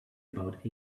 about